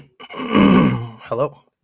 Hello